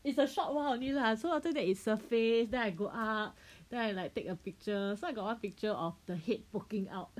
it's a short one only lah so after that it surface then I go up then I like take a picture so I got a lot picture of the head poking out